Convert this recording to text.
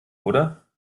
oder